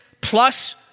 plus